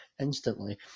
instantly